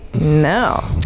No